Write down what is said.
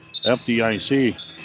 FDIC